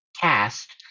cast